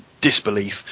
disbelief